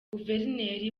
guverineri